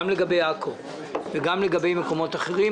גם לגבי עכו וגם לגבי מקומות אחרים